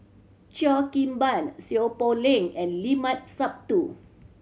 Cheo Kim Ban Seow Poh Leng and Limat Sabtu